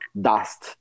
dust